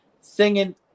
singing